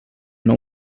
nou